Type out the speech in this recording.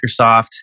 Microsoft